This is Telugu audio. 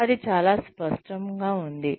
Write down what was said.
అది చాలా అస్పష్టంగా ఉంది